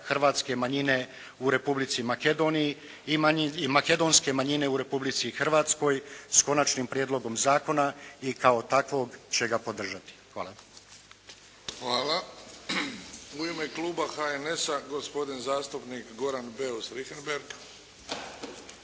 hrvatske manjine u Republici Makedoniji i makedonske manjine u Republici Hrvatskoj, s Konačnim prijedlogom zakona i kao takvog će ga podržati. Hvala. **Bebić, Luka (HDZ)** Hvala. U ime kluba HNS-a, gospodin zastupnik Goran Beus Richembergh. Nema